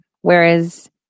Whereas